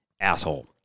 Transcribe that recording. asshole